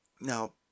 now